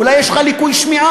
אולי יש לך ליקוי שמיעה.